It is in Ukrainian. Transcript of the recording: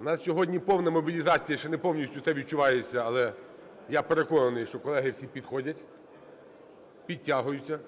У нас сьогодні повна мобілізація. Ще не повністю це відчувається, але, я переконаний, що колеги всі підходять, підтягуються.